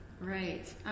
Right